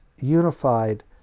unified